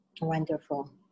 Wonderful